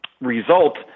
result